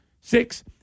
six